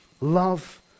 Love